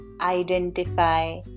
identify